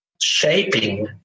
shaping